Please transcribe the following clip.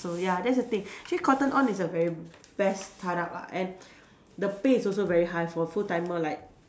so ya that's the thing actually cotton on is a very best start up lah and the pay is also very high for full timer like